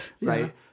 right